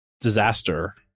disaster